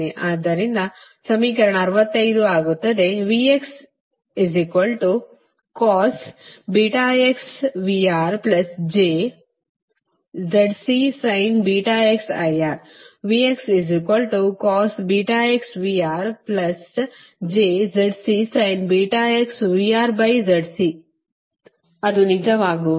ಆದ್ದರಿಂದ ಸಮೀಕರಣ 65 ಆಗುತ್ತದೆ ಅದು ನಿಜವಾಗುವುದು